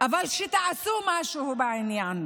אבל שתעשו משהו בעניין,